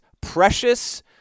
precious